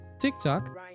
TikTok